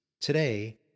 Today